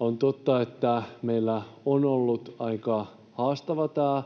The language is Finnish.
On totta, että meillä on ollut aika haastavaa tämä